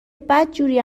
بدجوری